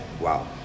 wow